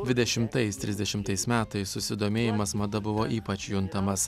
dvidešimtais trisdešimtais metais susidomėjimas mada buvo ypač juntamas